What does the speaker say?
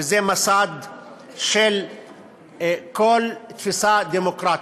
וזה מסד של כל תפיסה דמוקרטית.